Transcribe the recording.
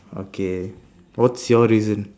okay what's your reason